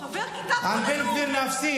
אל תקרא לחבר כיתת כוננות "רוצח", די.